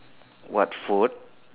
what food